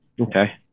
okay